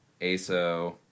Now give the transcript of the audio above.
ASO